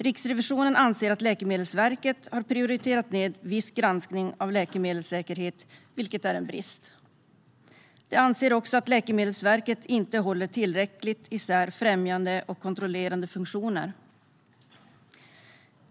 Riksrevisionen anser att Läkemedelsverket har prioriterat ned viss granskning av läkemedelssäkerhet, vilket är en brist. Man anser också att Läkemedelsverket inte håller isär främjande och kontrollerande funktioner tillräckligt.